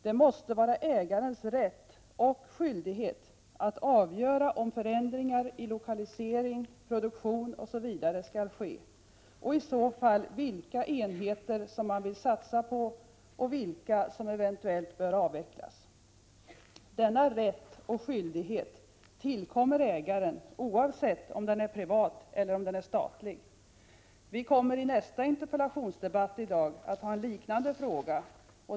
Det måste vara ägarens rätt och skyldighet att avgöra om förändringar i lokalisering, produktion osv. skall ske, och i så fall vilka enheter som man vill satsa på och vilka som eventuellt bör avvecklas. 13 Denna rätt och skyldighet tillkommer ägaren oavsett om denne är privat eller statlig. Vi kommer i nästa interpellationsdebatt i dag att beröra en liknande fråga.